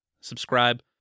subscribe